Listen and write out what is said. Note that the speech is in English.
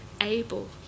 able